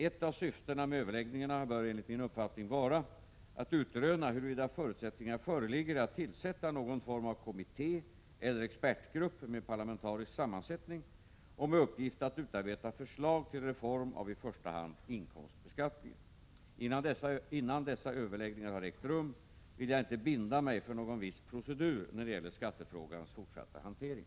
Ett av syftena med överläggningarna bör enligt min uppfattning vara att utröna huruvida förutsättningar föreligger att tillsätta någon form av kommitté eller expertgrupp med parlamentarisk sammansättning och med uppgift att utarbeta förslag till reform av i första hand inkomstbeskattningen. Innan dessa överläggningar har ägt rum vill jag inte binda mig för någon viss procedur när det gäller skattefrågans fortsatta hantering.